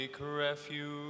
refuge